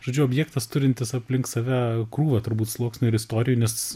žodžiu objektas turintis aplink save krūvą turbūt sluoksnių ir istorijų nes